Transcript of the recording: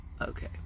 Okay